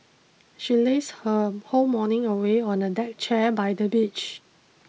she lazed her whole morning away on a deck chair by the beach